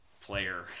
player